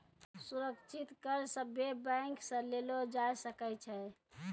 सुरक्षित कर्ज सभे बैंक से लेलो जाय सकै छै